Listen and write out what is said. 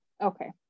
Okay